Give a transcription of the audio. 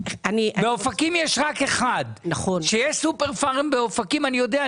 זה שיש "סופר פארם" באופקים אני יודע,